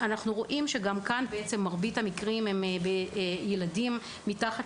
אנחנו רואים שגם כאן מרבית המקרים הם בילדים מתחת